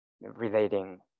relating